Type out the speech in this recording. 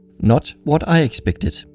not what i expected.